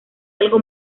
algo